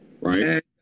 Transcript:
Right